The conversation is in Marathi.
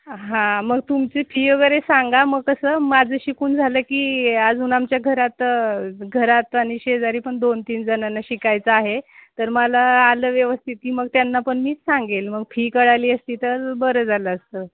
हां मग तुमची फी वगैरे सांगा मग कसं माझं शिकून झालं की अजून आमच्या घरात घरात आणि शेजारी पण दोन तीन जणांना शिकायचं आहे तर मला आलं व्यवस्थित ती मग त्यांना पण मीच सांगेल मग फी कळली असती तर बरं झालं असतं